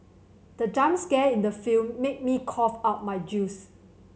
the jump scare in the film made me cough out my juice